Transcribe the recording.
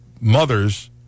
mothers